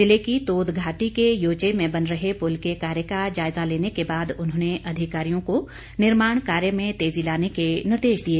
जिले की तोद घाटी के योचे में बन रहे पुल के कार्य का जायजा लेने के बाद उन्होंने अधिकारियों को निर्माण कार्य में तेजी लाने के निर्देश दिए